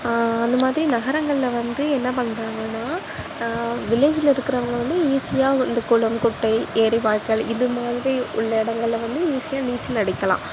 அந்த மாதிரி நகரங்களில் வந்து என்ன பண்ணுறாங்கனா வில்லேஜில் இருக்கிறவுங்க வந்து ஈசியாக இந்த குளம் குட்டை ஏரி வாய்க்கால் இது மாதிரி உள்ள இடங்கள்ல வந்து ஈசியாக நீச்சல் அடிக்கலாம்